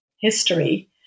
history